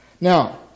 Now